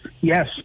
Yes